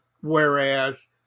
Whereas